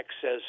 says